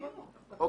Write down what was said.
לא בהקשר הזה.